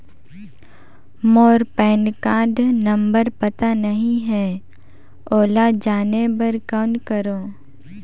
मोर pan card number पता नहीं है, ओला जाने बर कौन करो?